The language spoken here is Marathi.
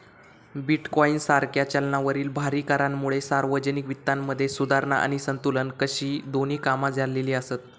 बिटकॉइन सारख्या चलनावरील भारी करांमुळे सार्वजनिक वित्तामध्ये सुधारणा आणि संतुलन अशी दोन्ही कामा झालेली आसत